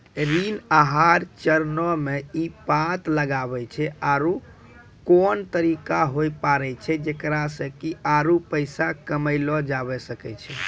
ऋण आहार चरणो मे इ पता लगाबै छै आरु कोन तरिका होय पाड़ै छै जेकरा से कि आरु पैसा कमयलो जाबै सकै छै